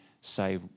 say